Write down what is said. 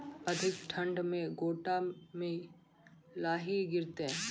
अधिक ठंड मे गोटा मे लाही गिरते?